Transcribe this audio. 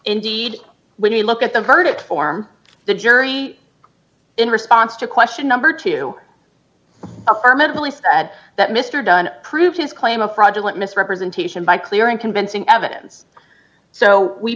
indeed when you look at the verdict form the jury in response to question number two affirmatively said that mr dunn prove his claim a fraudulent misrepresentation by clear and convincing evidence so we